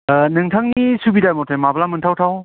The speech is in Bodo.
नोंथांनि सुबिदा मथे माब्ला मोन्थावथाव